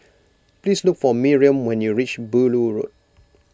please look for Miriam when you reach Beaulieu Road